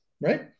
right